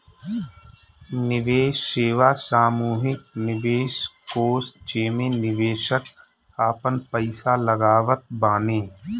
निवेश सेवा सामूहिक निवेश कोष जेमे निवेशक आपन पईसा लगावत बाने